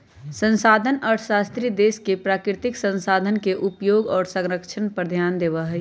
संसाधन अर्थशास्त्री देश के प्राकृतिक संसाधन के उपयोग और संरक्षण पर ध्यान देवा हई